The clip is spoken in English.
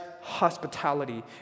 hospitality